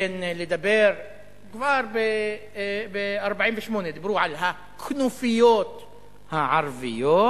כבר ב-1948 דיברו על הכנופיות הערביות,